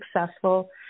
Successful